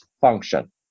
function